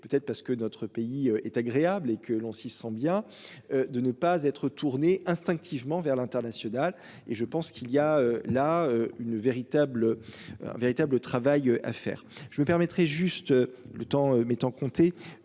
peut-être parce que notre pays est agréable et que l'on s'y sent bien. De ne pas être tourné instinctivement vers l'international et je pense qu'il y a là une véritable un véritable travail à faire, je me permettrai juste le temps mettant compter.